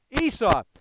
Esau